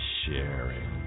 sharing